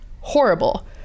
horrible